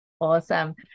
Awesome